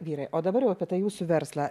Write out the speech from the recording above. vyrai o dabar jau apie tą jūsų verslą